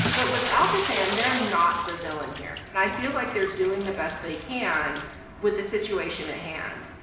but with alcosan, they're not the villain here. i feel like they're doing the best they can with the situation at hand.